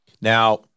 Now